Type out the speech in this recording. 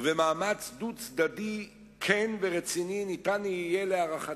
ובמאמץ דו-צדדי כן ורציני ניתן יהיה, להערכתי,